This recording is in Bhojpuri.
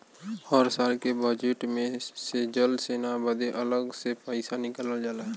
हर साल के बजेट मे से जल सेना बदे अलग से पइसा निकालल जाला